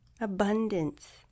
abundance